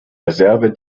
reserve